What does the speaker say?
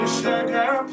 sugar